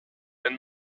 ein